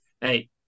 hey